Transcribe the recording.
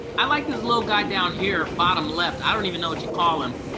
i like this little guy down here, bottom left. i don't even know what you call him.